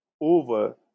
over